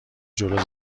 جلو